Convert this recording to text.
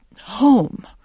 home